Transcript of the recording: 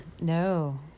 no